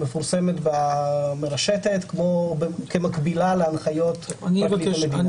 היא מפורסמת במרשתת כמקבילה להנחיות פרקליט המדינה.